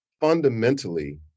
fundamentally